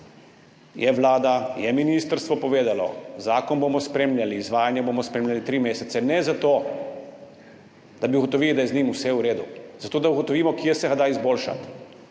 sta Vlada in ministrstvo povedala, zakon bomo spremljali, izvajanje bomo spremljali tri mesece, ne zato, da bi ugotovili, da je z njim vse v redu, ampak zato, da ugotovimo, kje se ga da izboljšati.